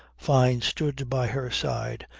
fyne stood by her side,